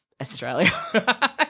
Australia